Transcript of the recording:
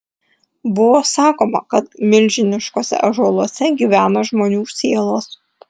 buvo sakoma kad milžiniškuose ąžuoluose gyvena žmonių sielos